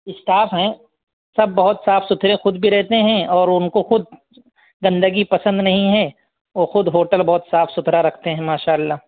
staff ہیں سب بہت صاف ستھرے خود بھی رہتے ہیں اور ان کو خود گندگی پسند نہیں ہے وہ خود ہوٹل بہت صاف ستھرا رکھتے ہیں ماشاء اللہ